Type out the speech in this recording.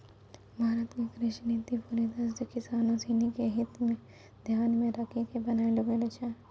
भारत के कृषि नीति पूरी तरह सॅ किसानों सिनि के हित क ध्यान मॅ रखी क बनैलो गेलो छै